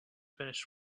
finished